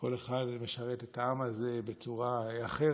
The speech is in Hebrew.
כל אחד משרת את העם הזה בצורה אחרת.